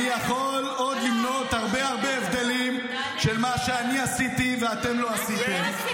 אני יכול למנות עוד הרבה הרבה הבדלים של מה שאני עשיתי ואתם לא עשיתם.